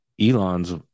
Elon's